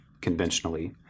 conventionally